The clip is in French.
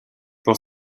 pour